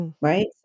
right